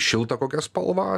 šiltą kokią spalvą